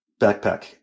backpack